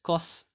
cause